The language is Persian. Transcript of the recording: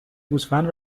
گوسفند